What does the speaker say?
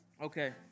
okay